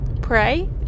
pray